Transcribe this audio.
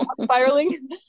spiraling